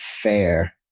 fair